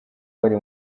bari